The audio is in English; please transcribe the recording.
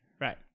Right